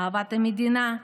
אהבת המדינה,